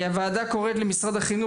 הוועדה קוראת למשרד החינוך,